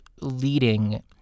leading